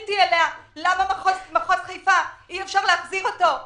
פניתי אליה בשאלה למה אי אפשר להחזיר את מחוז חיפה,